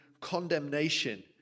condemnation